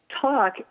talk